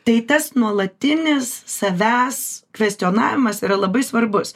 tai tas nuolatinis savęs kvestionavimas yra labai svarbus